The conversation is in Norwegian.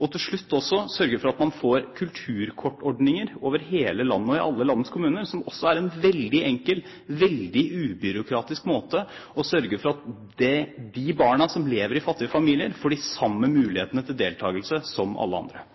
Til slutt ønsker vi også å sørge for at man får kulturkortordninger over hele landet og i alle landets kommuner, som også er en veldig enkel og ubyråkratisk måte for å sørge for at de barna som lever i fattige familier, får de samme mulighetene til deltakelse som alle andre.